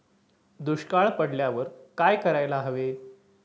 दुष्काळ पडल्यावर काय करायला हवे?